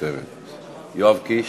מוותרת, יואב קיש,